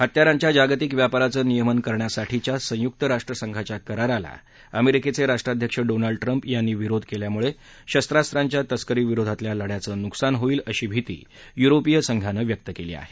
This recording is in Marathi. हत्यारांच्या जागतिक व्यापाराचं नियमन करण्यासाठीच्या संयुक्त राष्ट्रसंघाच्या कराराला अमेरिकेचे राष्ट्राध्यक्ष डोनाल्ड ट्रम्प यांनी विरोध केल्यामुळे शस्त्रांप्या तस्करीविरोधातल्या लढ्याचं नुकसान होईल अशी भिती युरोपीय संघानं व्यक्त केली आहे